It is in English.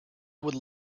would